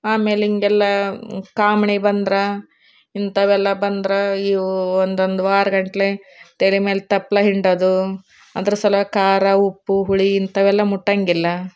ಆಮೇಲೆ ಹಿಂಗೆಲ್ಲ ಕಾಮಣಿ ಬಂದ್ರೆ ಇಂಥವೆಲ್ಲ ಬಂದ್ರೆ ಇವು ಒಂದೊಂದು ವಾರಗಟ್ಟಲೆ ತಲೆಮ್ಯಾಲ ತಪ್ಲು ಹಿಂಡೋದು ಅದ್ರ ಸಲುವಾಗಿ ಖಾರ ಉಪ್ಪು ಹುಳಿ ಇಂಥವೆಲ್ಲ ಮುಟ್ಟೋಂಗಿಲ್ಲ